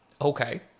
Okay